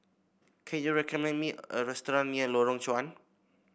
can you recommend me a restaurant near Lorong Chuan